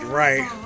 right